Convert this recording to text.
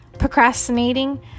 Procrastinating